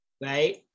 Right